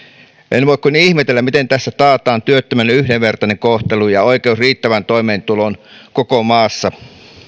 en voi kuin ihmetellä miten tässä taataan työttömien yhdenvertainen kohtelu ja oikeus riittävään toimeentuloon koko maassa